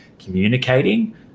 communicating